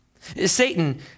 Satan